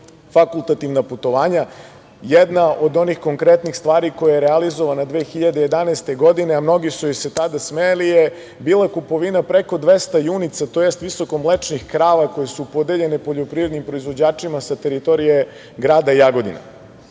fakultativna putovanja. Jedna od onih konkretnih stvari koja je realizovana 2011. godine, a mnogi su joj se tada smejali, bila je kupovina preko 200 junica, tj. visokomlečnih krava koje su podeljene poljoprivrednim proizvođačima sa teritorije grada Jagodine.